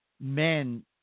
men